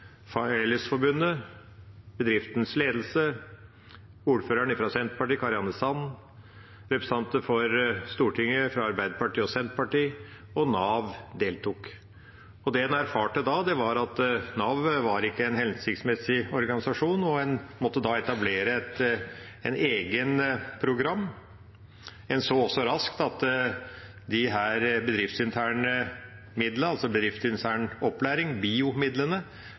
Fellesforbundet, bedriftens ledelse, ordføreren fra Senterpartiet, Kari Anne Sand, representanter for Stortinget fra Arbeiderpartiet og Senterpartiet og Nav deltok. Det man erfarte da, var at Nav ikke var en hensiktsmessig organisasjon, og en måtte da etablere et eget program. En så også raskt at de bedriftsinterne midlene, altså bedriftsintern opplæring,